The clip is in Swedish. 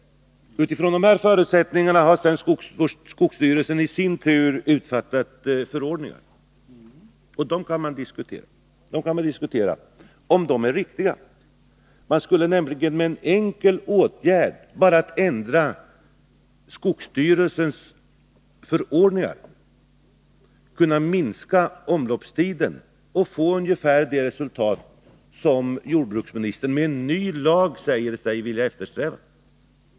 Utifrån dessa förutsättningar har skogsstyrelsen sedan i sin tur utfärdat förordningar. Man kan givetvis diskutera om de är riktiga. Man skulle nämligen med en så enkel åtgärd som att bara ändra skogsstyrelsens förordningar kunna minska omloppstiden och få ungefär det resultat som jordbruksministern med en ny lag säger sig vilja eftersträva.